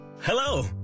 hello